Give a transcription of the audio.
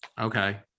okay